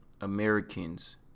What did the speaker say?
Americans